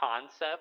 concept